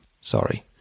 Sorry